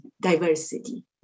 diversity